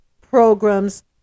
programs